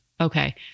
Okay